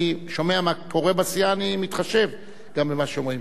אני שומע מה קורה בסיעה ואני מתחשב במה שאומרים.